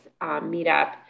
meetup